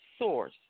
source